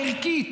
הערכית